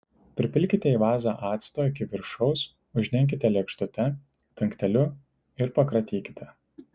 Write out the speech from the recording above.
pripilkite į vazą acto iki viršaus uždenkite lėkštute dangteliu ir pakratykite